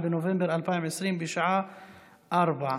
ערב טוב.